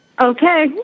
Okay